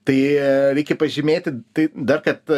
tai reikia pažymėti tai dar kad